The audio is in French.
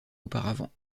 auparavant